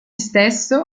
stesso